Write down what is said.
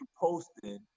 posting